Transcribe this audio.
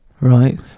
Right